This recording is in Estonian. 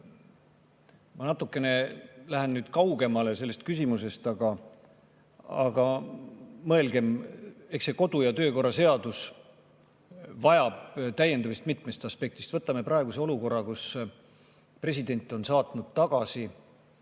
natukene kaugemale sellest küsimusest, aga mõelgem, et eks see kodu‑ ja töökorra seadus vajab täiendamist mitmest aspektist. Võtame praeguse olukorra, kus president on saatnud tagasi